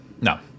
No